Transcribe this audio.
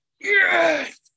Yes